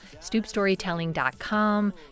stoopstorytelling.com